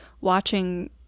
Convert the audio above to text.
watching